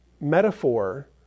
metaphor